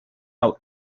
out